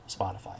Spotify